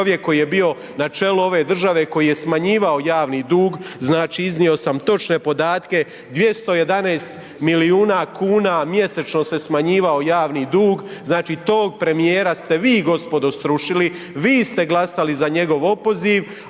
koji je bio na čelu ove države koji je smanjivao javni dug, znači iznio sam točne podatke, 211 milijuna kuna mjesečno se smanjivao javni dug, znači tog premijera ste vi gospodo srušili, vi ste glasali za njegov opoziv,